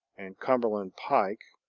and cumberland pike,